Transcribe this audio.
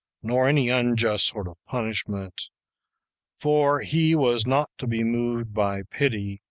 nor any unjust sort of punishment for he was not to be moved by pity,